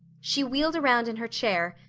she wheeled around in her chair,